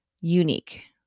unique